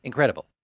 incredible